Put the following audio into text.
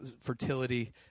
fertility